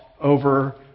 over